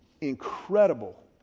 incredible